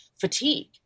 fatigue